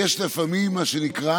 יש לפעמים מה שנקרא